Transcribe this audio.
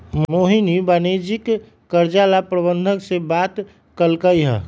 मोहिनी वाणिज्यिक कर्जा ला प्रबंधक से बात कलकई ह